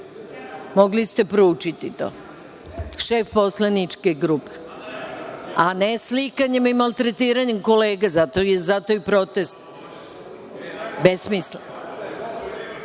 mogli ste proučiti to, šef poslaničke grupe, a ne slikanjem i maltretiranjem kolega, zato je i protest. Besmisleno. Zaključujem